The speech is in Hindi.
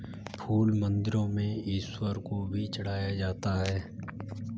फूल मंदिरों में ईश्वर को भी चढ़ाया जाता है